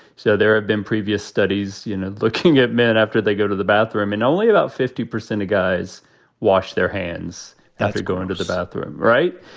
so there have been previous studies, you know, looking at minute after they go to the bathroom and only about fifty percent of guys wash their hands after go into the bathroom. right.